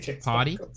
Party